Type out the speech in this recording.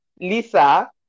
Lisa